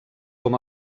com